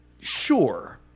sure